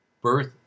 birth